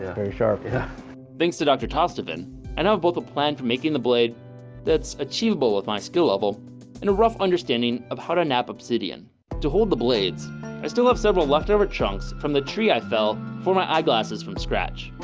very sharp. yeah thanks to dr. toss steven and i know both a plan for making the blade that's achievable with my skill level and a rough understanding of how to napa citian to hold the blades i still have several leftover chunks from the tree. i fell for my eyeglasses from scratch